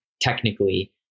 technically